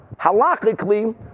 halakhically